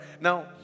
Now